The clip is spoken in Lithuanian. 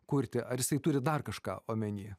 kurti ar jisai turi dar kažką omeny